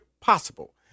possible